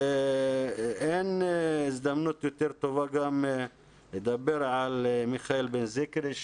אין הזדמנות יותר טובה גם לדבר על מיכאל בן-זיקרי,